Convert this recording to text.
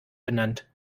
benannt